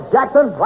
Jackson